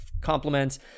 compliments